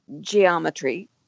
geometry